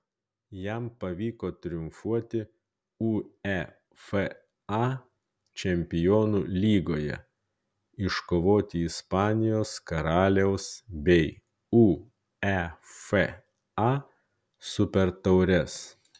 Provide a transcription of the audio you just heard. jam pavyko triumfuoti uefa čempionų lygoje iškovoti ispanijos karaliaus bei uefa supertaures